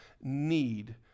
need